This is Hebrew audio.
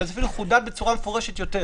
אלא שזה אפילו חודד בצורה מפורשת יותר.